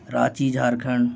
Ranchi Jharkhand